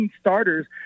starters